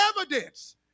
evidence